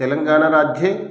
तेलङ्गानराज्ये